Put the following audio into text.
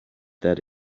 that